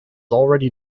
already